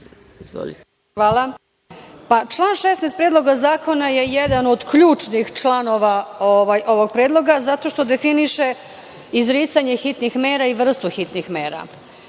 Gajić** Član 16. Predloga zakona je jedan od ključnih članova ovog predloga zato što definiše izricanje hitnih mera i vrstu hitnih mera.